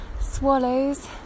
swallows